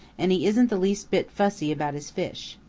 and he isn't the least bit fussy about his fish.